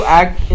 act